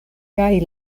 kaj